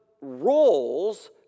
roles